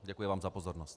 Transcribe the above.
Děkuji vám za pozornost.